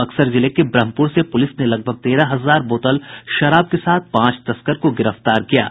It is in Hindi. बक्सर जिले के ब्रह्यमपुर से पुलिस ने लगभग तेरह हजार बोतल शराब के साथ पांच तस्कर को गिरफ्तार किया है